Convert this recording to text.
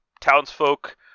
townsfolk